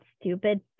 stupid